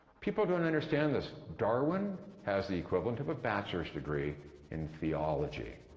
people don't understand this. darwin has the equivalent of a bachelor's degree in theology.